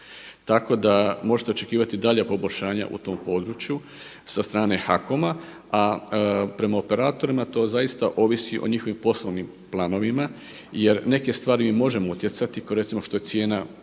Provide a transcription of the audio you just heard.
Tako da možete očekivati i dalja poboljšanja u tom području sa strane HAKOM-a a prema operatorima to zaista ovisi o njihovim poslovnim planovima jer neke stvari mi možemo utjecati kao recimo što je cijena minimalnog